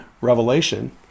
revelation